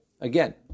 Again